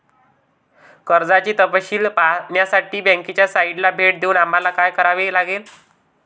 कर्जाचे तपशील पाहण्यासाठी बँकेच्या साइटला भेट देऊन आम्हाला काय करावे लागेल?